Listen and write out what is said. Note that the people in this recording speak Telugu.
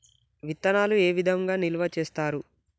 విత్తనాలు ఏ విధంగా నిల్వ చేస్తారు?